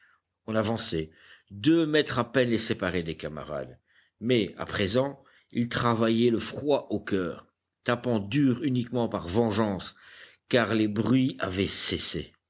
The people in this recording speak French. on avançait deux mètres à peine les séparaient des camarades mais à présent ils travaillaient le froid au coeur tapant dur uniquement par vengeance car les bruits avaient cessé